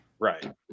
Right